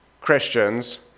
Christians